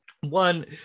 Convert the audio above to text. one